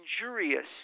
injurious